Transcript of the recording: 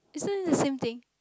isn't it the same thing